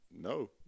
no